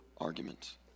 arguments